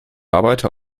arbeiter